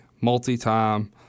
multi-time